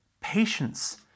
patience